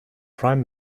prime